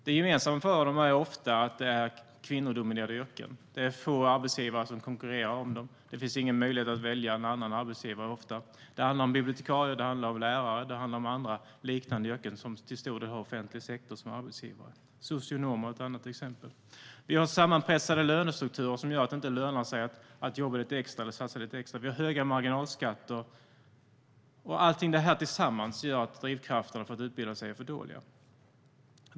Det gemensamma för dem är ofta att det är kvinnodominerade yrken. Det är få arbetsgivare som konkurrerar om dem. Det finns ofta ingen möjlighet att välja en annan arbetsgivare. Det handlar om bibliotekarier, det handlar om lärare och det handlar om liknande yrken som till stor del har offentlig sektor som arbetsgivare. Socionomer är ett annat exempel. Vi har sammanpressade lönestrukturer som gör att det inte lönar sig att jobba extra och satsa lite extra. Vi har höga marginalskatter. Allt detta tillsammans gör att drivkrafterna för att utbilda sig är för dåliga.